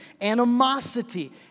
animosity